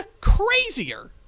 crazier